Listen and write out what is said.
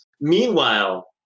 Meanwhile